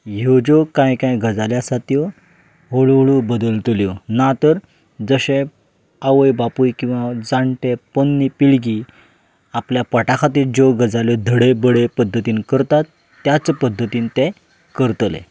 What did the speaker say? ह्यो ज्यो कांय कांय गजाल्यो आसात त्यो हळू हळू बदलतल्यो ना तर जशे आवय बापूय किंवा जाणटे पोरणी पिळगी आपल्या पोटा खातीर ज्यो गजाल्यो धडय बडय पद्दतीन करतात त्याच पद्दतीन ते करतले